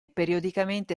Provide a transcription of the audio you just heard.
periodicamente